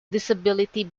disability